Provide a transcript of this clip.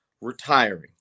retiring